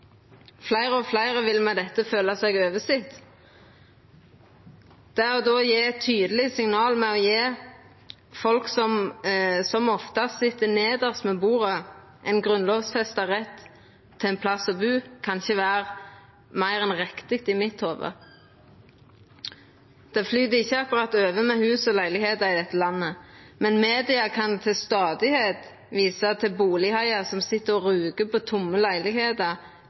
Fleire og fleire vil med dette føla seg oversette. Der og då å gje eit tydeleg signal ved å gje folk som oftast sit nedst ved bordet, ein grunnlovfesta rett til ein plass å bu, kan ikkje vera meir enn riktig, i mitt hovud. Det flyt ikkje akkurat over med hus og leilegheiter i dette landet, men media kan til stadigheit visa til bustadhaiar som sit og rugar på tomme